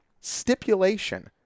Stipulation